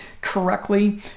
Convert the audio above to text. correctly